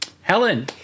Helen